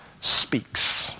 speaks